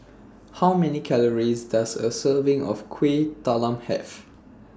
How Many Calories Does A Serving of Kuih Talam Have